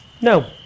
No